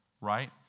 Right